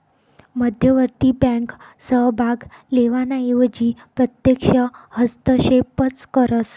मध्यवर्ती बँक सहभाग लेवाना एवजी प्रत्यक्ष हस्तक्षेपच करस